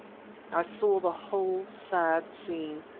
i saw the whole sad scene,